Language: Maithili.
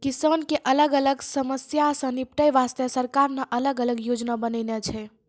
किसान के अलग अलग समस्या सॅ निपटै वास्तॅ सरकार न अलग अलग योजना बनैनॅ छै